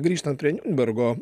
grįžtant prie niurnbergo